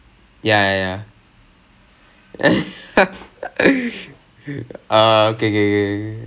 எனக்கு:enakku horn எல்லாம் வாசிக்க தெரியாது ஆனா அந்த பாட்டு:ellaam vaasikka theriyaathu aanaa antha paattu I know how to play horn அந்த மாதிரி:antha maathiri so ya